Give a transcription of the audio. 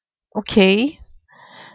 okay